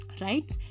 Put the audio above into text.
Right